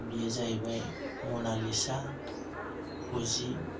बियो जाहैबाय मनालिसा फुजि